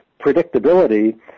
predictability